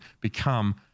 become